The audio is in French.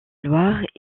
loire